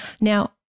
Now